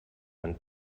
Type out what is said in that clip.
ein